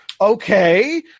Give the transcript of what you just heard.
okay